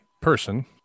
Person